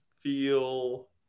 feel